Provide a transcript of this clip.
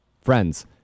friends